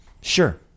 Sure